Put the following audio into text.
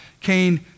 Cain